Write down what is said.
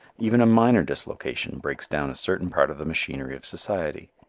even a minor dislocation breaks down a certain part of the machinery of society.